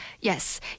Yes